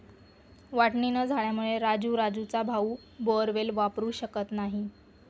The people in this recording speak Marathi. वाटणी न झाल्यामुळे राजू राजूचा भाऊ बोअरवेल वापरू शकत नाही